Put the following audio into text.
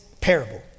parable